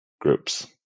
groups